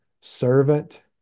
servant